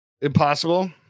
Impossible